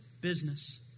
business